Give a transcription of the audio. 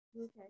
okay